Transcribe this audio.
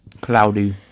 Cloudy